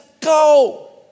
go